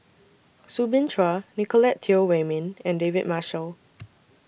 Soo Bin Chua Nicolette Teo Wei Min and David Marshall